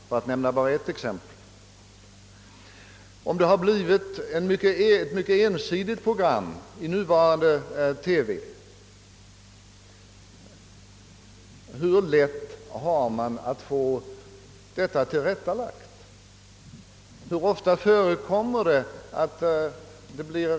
Om det har förekommit ett mycket ensidigt program i vår nuvarande TV, vilka möjligheter har man att få detta tillrättalagt? Hur ofta blir rättelser då verkligen gjorda?